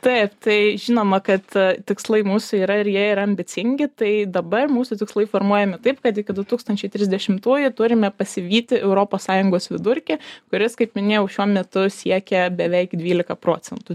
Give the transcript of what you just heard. taip tai žinoma kad tikslai mūsų yra ir jie yra ambicingi tai dabar mūsų tikslai formuojami taip kad iki du tūkstančiai trisdešimtųjų turime pasivyti europos sąjungos vidurkį kuris kaip minėjau šiuo metu siekia beveik dvylika procentų